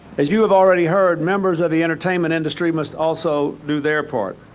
as you have already heard members of the entertainment industry must also do their part.